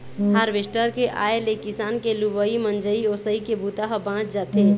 harvester के आए ले किसान के लुवई, मिंजई, ओसई के बूता ह बाँच जाथे